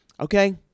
Okay